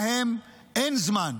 להם אין זמן.